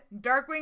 Darkwing